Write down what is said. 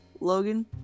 Logan